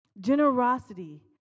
generosity